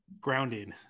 Grounded